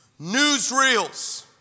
newsreels